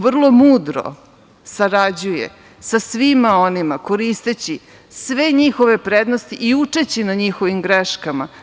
Vrlo mudro sarađuje sa svima onima koristeći sve njihove prednosti i učeći na njihovim greškama.